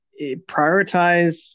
prioritize